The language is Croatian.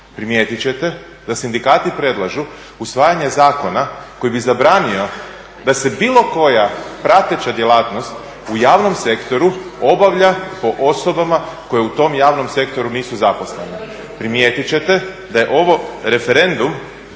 Primijetit ćete da sindikati predlažu usvajanje zakona koji bi zabranio da se bilo koja prateća djelatnost u javnom sektoru obavlja po osobama koje u tom javnom sektoru nisu zaposlene. Primijetit ćete da je ovo referendum